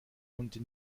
und